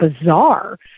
bizarre